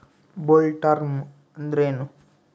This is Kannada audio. ಬೊಲ್ವರ್ಮ್ ಅಂದ್ರೇನು?